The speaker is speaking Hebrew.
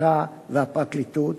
וחקיקה והפרקליטות,